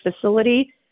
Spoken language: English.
facility